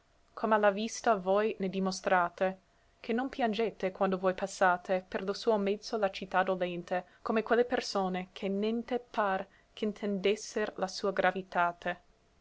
com'a la vista voi ne dimostrate che non piangete quando voi passate per lo suo mezzo la città dolente come quelle persone che neente par che ntendesser la sua gravitate se